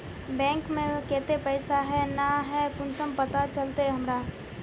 Bank में केते पैसा है ना है कुंसम पता चलते हमरा?